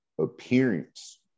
appearance